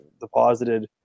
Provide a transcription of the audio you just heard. Deposited